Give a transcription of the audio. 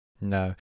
No